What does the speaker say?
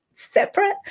separate